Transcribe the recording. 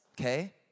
Okay